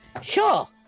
sure